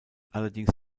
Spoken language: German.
allerdings